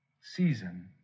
season